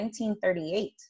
1938